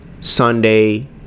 Sunday